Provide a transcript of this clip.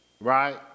Right